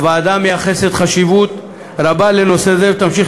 הוועדה מייחסת חשיבות רבה לנושא זה ותמשיך